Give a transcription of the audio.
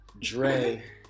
Dre